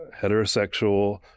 heterosexual